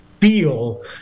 feel